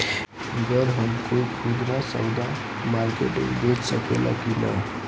गर हम कोई खुदरा सवदा मारकेट मे बेच सखेला कि न?